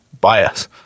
bias